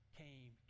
came